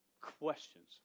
questions